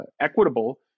equitable